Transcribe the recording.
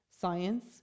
science